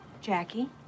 Jackie